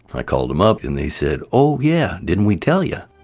i called them up and they said, oh yeah. didn't we tell you?